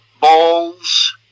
balls